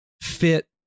fit